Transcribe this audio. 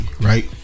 right